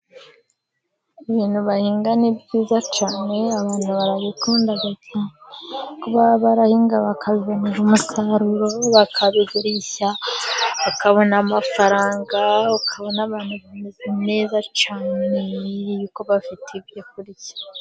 Ibintu bahinga ni byiza cyane, abantu barabikunda, kuko baba barahinga bakabona umusaruro, bakabigurisha bakabona amafaranga, ukabona abantu neza cyane bafite ibyo kurya.